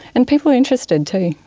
and people are interested too.